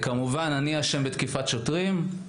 כמובן, אני אשם בתקיפת שוטרים.